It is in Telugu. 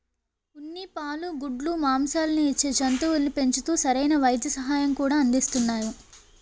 ఉన్ని, పాలు, గుడ్లు, మాంససాలను ఇచ్చే జంతువుల్ని పెంచుతూ సరైన వైద్య సహాయం కూడా అందిస్తున్నాము